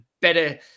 better